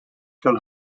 can